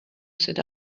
sit